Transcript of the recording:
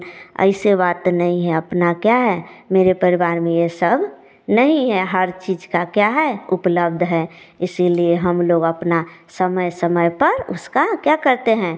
ऐसे बात नहीं है अपना क्या है मेरे परिवार में यह सब नहीं है हर चीज़ का क्या है उपलब्ध है इसीलिए हम लोग अपना समय समय पर उसका क्या करते हैं